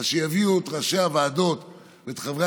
אז שיביאו את ראשי הוועדות ואת חברי